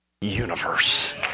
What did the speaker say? universe